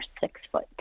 six-foot